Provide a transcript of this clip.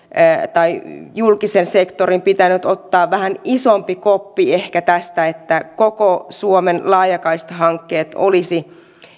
tai julkisen sektorin pitänyt ottaa vähän isompi koppi ehkä tästä että koko suomen laajakaistahankkeet olisi